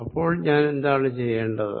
അപ്പോൾ ഞാൻ എന്താണ് ചെയ്യേണ്ടത്